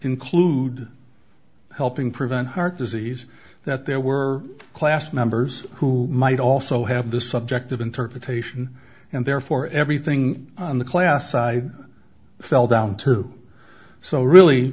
include helping prevent heart disease that there were class members who might also have the subjective interpretation and therefore everything in the class i fell down to so really